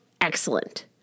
excellent